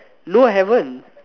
no I haven't